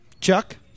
Chuck